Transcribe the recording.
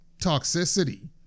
toxicity